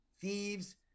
thieves